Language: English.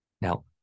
Now